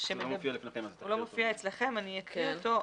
הוא לא מופיע אצלכם ואני אקריא אותו.